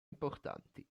importanti